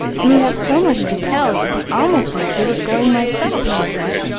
and you'd have so much to tell it would be almost as good as going myself, she said,